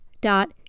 dot